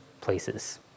places